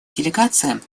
делегациям